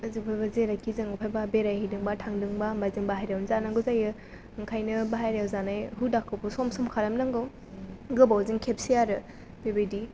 जेरैखि जों बेरायहैदोंबा थांदोंबा होम्बा जों बाहेरावनो जानांगौ जायो ओंखायनो बाहेरायाव जानाय हुदाखौबो सम सम खालामनांगौ गोबावजों खेबसे आरो बेबायदि